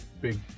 big